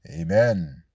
Amen